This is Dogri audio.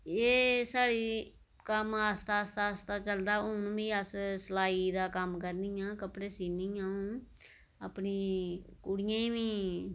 एह् साढ़ा कम आस्ता आस्ता चलदा हून बी अस सलाई दा कम्म करनी आं कपड़े सीनी अऊं अपनी कुड़ियें गी बी